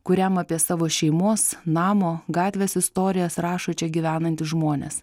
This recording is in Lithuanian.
kuriam apie savo šeimos namo gatvės istorijas rašo čia gyvenantys žmonės